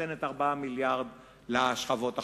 ונותנת 4 מיליארדים לשכבות החזקות.